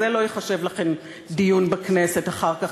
זה לא ייחשב לכם דיון בכנסת אחר כך,